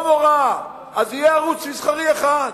לא נורא, אז יהיה ערוץ מסחרי אחד.